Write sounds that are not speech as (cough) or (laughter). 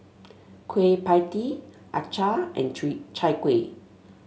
Kueh Pie Tee acar and (unintelligible) Chai Kuih